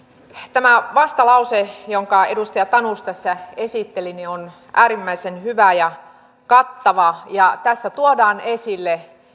tämä vastalause jonka edustaja tanus tässä esitteli on äärimmäisen hyvä ja kattava tässä tuodaan esille